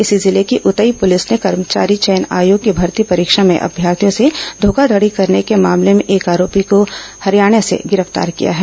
इसी जिले की उतई पूलिस ने कर्मचारी चयन आयोग की भर्ती परीक्षा में अभ्यर्थियों से घोखाधड़ी करने को मामले में एक आरोपी को हरियाणा से गिरफ्तार किया है